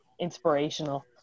inspirational